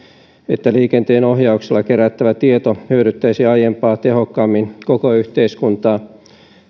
että liikenteenohjauksella kerättävä tieto hyödyttäisi aiempaa tehokkaammin koko yhteiskuntaa